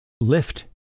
Lift